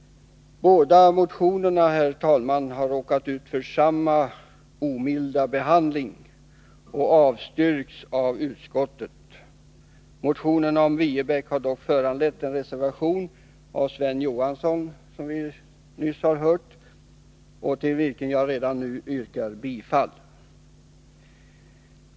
Båda motionerna har råkat ut för samma omilda behandling och avstyrkts av utskottet. Motionen om Viebäck har dock, som vi nyss hört, föranlett en reservation av Sven Johansson, till vilken jag redan nu yrkar bifall.